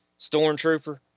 stormtrooper